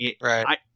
Right